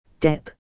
Depp